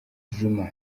juma